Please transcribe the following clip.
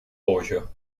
pollo